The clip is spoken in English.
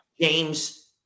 James